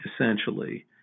essentially